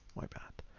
my bad.